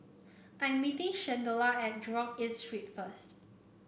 I'm meeting Shalonda at Jurong East Street first